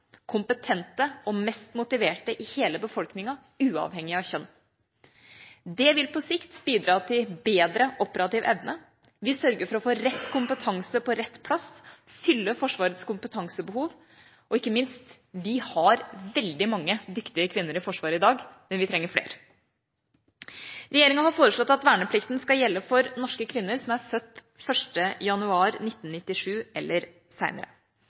og mest kompetente og motiverte i hele befolkningen uavhengig av kjønn. Det vil på sikt bidra til bedre operativ evne. Vi sørger for å få rett kompetanse på rett plass og fylle Forsvarets kompetansebehov. Og ikke minst: Vi har veldig mange dyktige kvinner i Forsvaret i dag, men vi trenger flere. Regjeringa har foreslått at verneplikten skal gjelde for norske kvinner som er født 1. januar 1997 eller seinere.